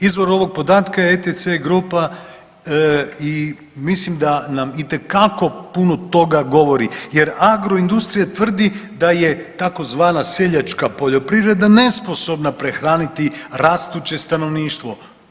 Izvor ovog podatka je ETC grupa i mislim da nam itekako puno toga govori jer agroindustrija tvrdi da je tzv. seljačka poljoprivreda nesposobna prehraniti rastuće stanovništvo.